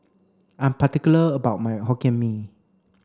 I'm particular about my Hokkien Mee